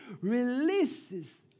releases